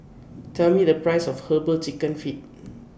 Tell Me The priceS of Herbal Chicken Feet